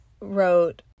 wrote